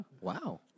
Wow